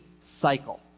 cycle